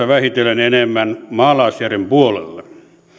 vähitellen enemmän maalaisjärjen puolelle